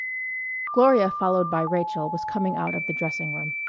gloria followed by rachael was coming out of the dressing room.